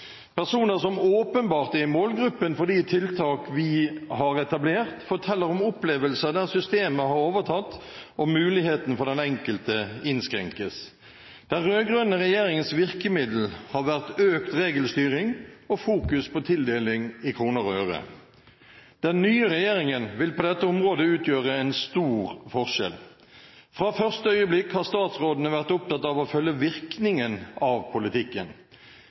Personer som åpenbart er i målgruppen for de tiltak vi har etablert, forteller om opplevelser der systemet har overtatt, og muligheten for den enkelte innskrenkes. Den rød-grønne regjeringens virkemiddel har vært økt regelstyring og fokus på tildeling i kroner og øre. Den nye regjeringen vil på dette området utgjøre en stor forskjell. Fra første øyeblikk har statsrådene vært opptatt av å følge virkningen av politikken.